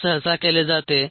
तेच सहसा केले जाते